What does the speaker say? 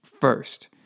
first